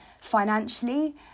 financially